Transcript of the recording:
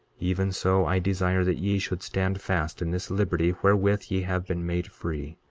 even so i desire that ye should stand fast in this liberty wherewith ye have been made free,